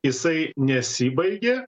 jisai nesibaigia